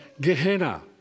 Gehenna